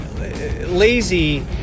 lazy